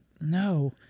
No